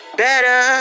better